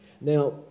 Now